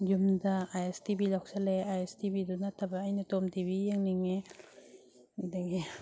ꯌꯨꯝꯗ I S T V ꯂꯧꯁꯤꯜꯂꯦ I S T ꯚꯤꯗꯨ ꯅꯠꯇꯕ ꯑꯩꯅ ꯇꯣꯝ ꯇꯤ ꯚꯤ ꯌꯦꯡꯅꯤꯡꯉꯦ ꯑꯗꯒꯤ